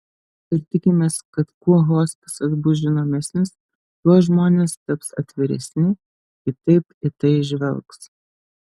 ir tikimės kad kuo hospisas bus žinomesnis tuo žmonės taps atviresni kitaip į tai žvelgs